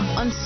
on